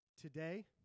Today